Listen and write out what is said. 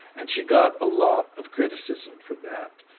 and she got a lot of criticism for that.